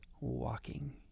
walking